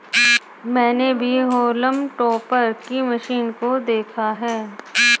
मैंने भी haulm topper की मशीन को देखा है